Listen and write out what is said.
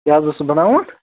کیٛاہ حظ اوسوٕ بناوُن